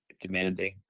demanding